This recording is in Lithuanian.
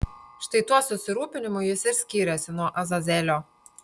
štai tuo susirūpinimu jis ir skyrėsi nuo azazelio